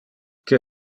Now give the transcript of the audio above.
que